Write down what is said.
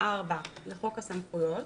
4 לחוק הסמכויות,